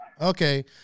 Okay